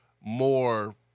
more